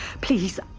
Please